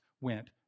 went